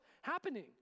happening